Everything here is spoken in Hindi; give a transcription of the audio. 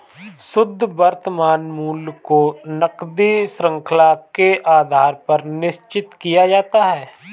शुद्ध वर्तमान मूल्य को नकदी शृंखला के आधार पर निश्चित किया जाता है